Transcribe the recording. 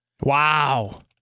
wow